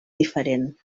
diferent